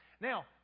Now